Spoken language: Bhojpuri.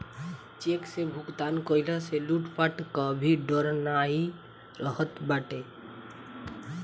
चेक से भुगतान कईला से लूटपाट कअ भी डर नाइ रहत बाटे